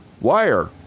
Wire